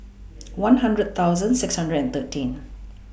one hundred thousand six hundred and thirteen